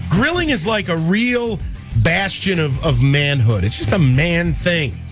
grilling is like a real bastion of of manhood. it's just a man thing.